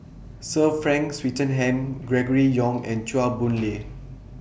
Sir Frank Swettenham Gregory Yong and Chua Boon Lay